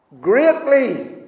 Greatly